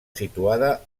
situada